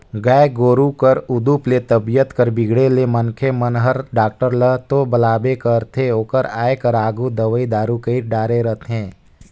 गाय गोरु कर उदुप ले तबीयत कर बिगड़े ले मनखे मन हर डॉक्टर ल तो बलाबे करथे ओकर आये कर आघु दवई दारू कईर डारे रथें